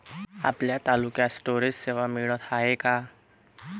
आपल्या तालुक्यात स्टोरेज सेवा मिळत हाये का?